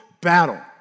battle